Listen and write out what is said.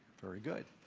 very good.